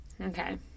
Okay